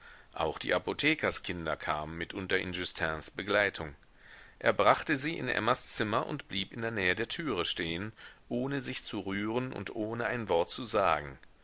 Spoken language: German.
auch die apothekerskinder kamen mitunter in justins begleitung er brachte sie in emmas zimmer und blieb in der nähe der türe stehen ohne sich zu rühren und ohne ein wort zu sagen